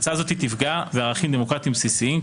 הצעה כזאת תפגע בערכים דמוקרטיים בסיסיים,